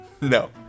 No